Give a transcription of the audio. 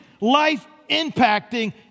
life-impacting